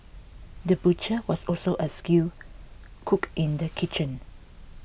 the butcher was also a skilled cook in the kitchen